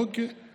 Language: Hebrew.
אוקיי,